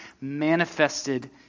manifested